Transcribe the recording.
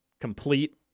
complete